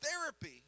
therapy